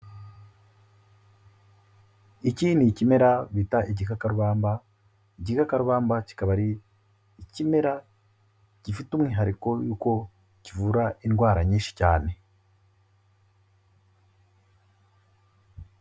Iki ni ikimera bita igikakarubamba, igikakarubamba kikaba ari ikimera gifite umwihariko y'uko kivura indwara nyinshi cyane.